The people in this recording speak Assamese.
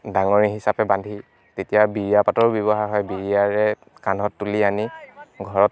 ডাঙৰি হিচাপে বান্ধি তেতিয়া বিৰীয়া পাতৰও ব্যৱহাৰ হয় বিৰীয়াৰে কান্ধত তুলি আনি ঘৰত